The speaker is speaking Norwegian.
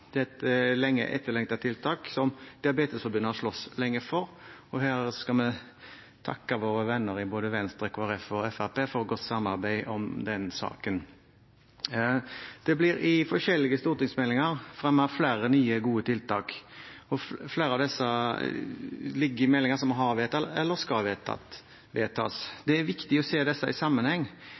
Det er et lenge etterlengtet tiltak som Diabetesforbundet har slåss lenge for, og her skal vi takke våre venner i både Venstre, Kristelig Folkeparti og Fremskrittspartiet for godt samarbeid om den saken. Det blir i forskjellige stortingsmeldinger fremmet flere nye, gode tiltak. Flere av disse ligger i meldinger som vi har vedtatt, eller som skal vedtas. Det er viktig å se disse i sammenheng.